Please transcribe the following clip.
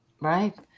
Right